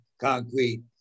concrete